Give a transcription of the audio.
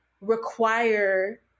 require